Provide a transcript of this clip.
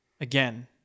again